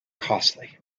costly